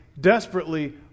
desperately